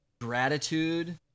gratitude